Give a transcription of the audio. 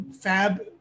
fab